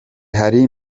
hari